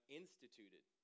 instituted